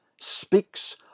speaks